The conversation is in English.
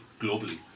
globally